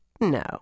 No